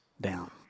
down